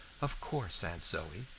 of course, aunt zoe,